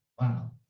Wow